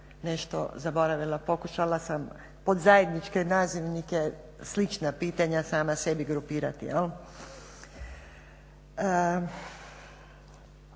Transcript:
nešto zaboravila, pokušala sam pod zajedničke nazivnike slična pitanja sama sebi grupirati.